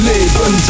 Leben